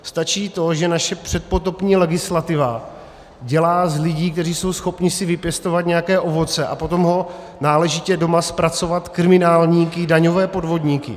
Stačí to, že naše předpotopní legislativa dělá z lidí, kteří jsou schopni si vypěstovat nějaké ovoce a potom ho náležitě doma zpracovat, kriminálníky, daňové podvodníky.